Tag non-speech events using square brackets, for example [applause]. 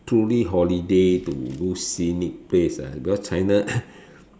truly holiday to those scenic place ah because China [coughs]